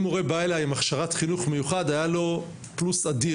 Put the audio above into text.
אם מורה בא אלי עם הכשרת חינוך מיוחד היה לו פלוס אדיר,